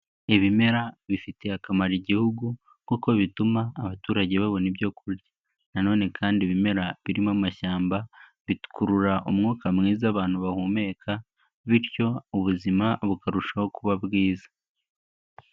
Ibimera bifitiye akamaro Igihugu, kuko bituma abaturage babona ibyo kurya, nanone kandi ibimera birimo amashyamba, bikurura umwuka mwiza abantu bahumeka, bityo ubuzima bukarushaho kuba bwiza.